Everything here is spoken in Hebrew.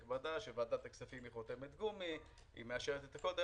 שוועדת הכספים היא חותמת גומי, היא מאשרת את הכול.